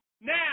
now